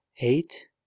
Eight